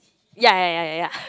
ya ya ya ya ya